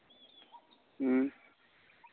ᱦᱮᱸ